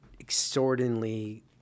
extraordinarily